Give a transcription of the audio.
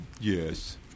Yes